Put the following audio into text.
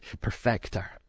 perfecter